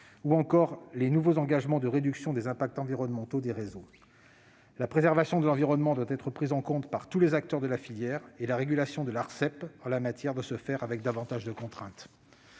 ou encore des nouveaux engagements de réduction des impacts environnementaux des réseaux. La préservation de l'environnement doit être prise en compte par tous les acteurs de la filière et la régulation de l'Arcep, en la matière, doit se faire avec davantage de contraintes.